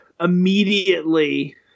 immediately